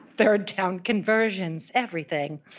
third-down conversions, everything.